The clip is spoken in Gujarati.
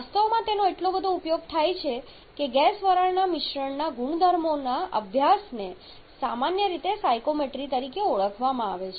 વાસ્તવમાં તેનો એટલો બધો ઉપયોગ થાય છે કે ગેસ વરાળના મિશ્રણના ગુણધર્મોના અભ્યાસને સામાન્ય રીતે સાયકોમેટ્રી તરીકે ઓળખવામાં આવે છે